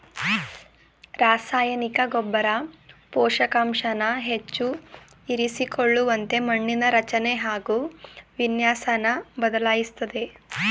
ರಸಾಯನಿಕ ಗೊಬ್ಬರ ಪೋಷಕಾಂಶನ ಹೆಚ್ಚು ಇರಿಸಿಕೊಳ್ಳುವಂತೆ ಮಣ್ಣಿನ ರಚನೆ ಹಾಗು ವಿನ್ಯಾಸನ ಬದಲಾಯಿಸ್ತದೆ